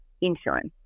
insurance